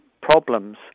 problems